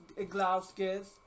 Iglauskis